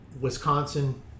Wisconsin